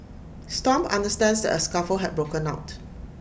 stomp understands A scuffle had broken out